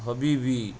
हबीबी